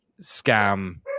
scam